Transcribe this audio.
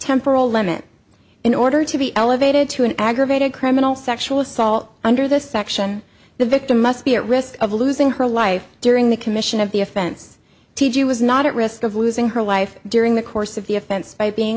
temporal limit in order to be elevated to an aggravated criminal sexual assault under this section the victim must be at risk of losing her life during the commission of the offense t g was not at risk of losing her life during the course of the offense by being